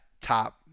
top –